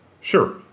Sure